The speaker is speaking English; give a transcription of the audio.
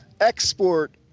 export